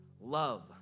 Love